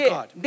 God